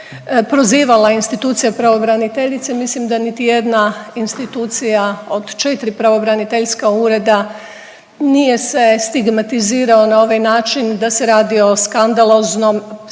institucija pravobraniteljice. Mislim da niti jedna institucija od 4 pravobraniteljska ureda nije se stigmatizirao na ovaj način da se radi o skandaloznom stavu